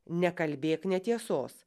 nekalbėk netiesos